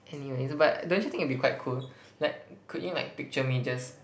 anyways but don't you think it will be quite cool like could you like picture me just